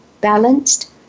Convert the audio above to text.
balanced